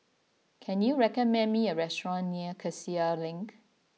can you recommend me a restaurant near Cassia Link